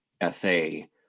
essay